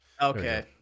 Okay